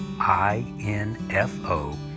I-N-F-O